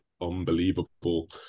unbelievable